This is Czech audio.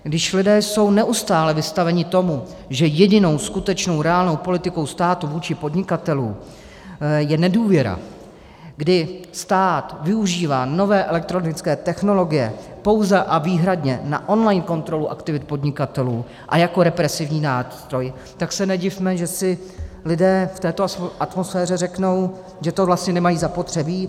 Když jsou lidé neustále vystaveni tomu, že jedinou skutečnou reálnou politikou státu vůči podnikatelům je nedůvěra, kdy stát využívá nové elektronické technologie pouze a výhradně na online kontrolu aktivit podnikatelů a jako represivní nástroj, tak se nedivme, že si lidé v této atmosféře řeknou, že to vlastně nemají zapotřebí.